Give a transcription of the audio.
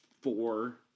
four